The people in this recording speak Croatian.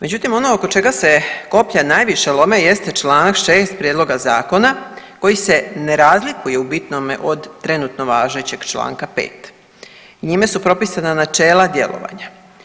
Međutim ono oko čega se koplja najviše lome jeste čl. 6. prijedloga zakona koji se ne razlikuje u bitnome od trenutno važećeg čl. 5. njime su propisana načela djelovanja.